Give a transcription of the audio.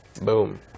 boom